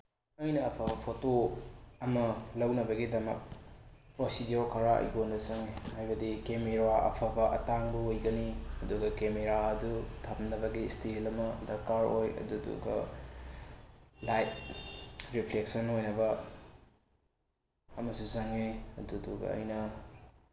ꯑꯩꯅ ꯑꯐꯕ ꯐꯣꯇꯣ ꯑꯃ ꯂꯧꯅꯕꯒꯤꯗꯃꯛ ꯄ꯭ꯔꯣꯁꯤꯗꯤꯌꯣꯔ ꯈꯔ ꯑꯩꯉꯣꯟꯗ ꯆꯪꯉꯤ ꯍꯥꯏꯕꯗꯤ ꯀꯦꯃꯦꯔꯥ ꯑꯐꯕ ꯑꯇꯥꯡꯕ ꯑꯣꯏꯒꯅꯤ ꯑꯗꯨꯒ ꯀꯦꯃꯦꯔꯥ ꯑꯗꯨ ꯊꯝꯅꯕꯒꯤ ꯏꯁꯇꯦꯟ ꯑꯃ ꯗꯔꯀꯥꯔ ꯑꯣꯏ ꯑꯗꯨꯗꯨꯒ ꯂꯥꯏꯠ ꯔꯤꯐ꯭ꯂꯦꯛꯁꯟ ꯑꯣꯏꯅꯕ ꯑꯃꯁꯨ ꯆꯪꯉꯤ ꯑꯗꯨꯗꯨꯒ ꯑꯩꯅ